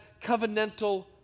covenantal